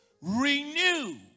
Renew